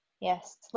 Yes